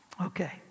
okay